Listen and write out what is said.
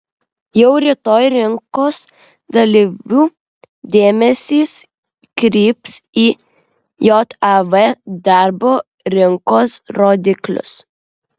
jau rytoj rinkos dalyvių dėmesys kryps į jav darbo rinkos rodiklius